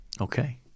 Okay